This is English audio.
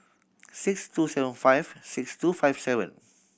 six two seven five six two five seven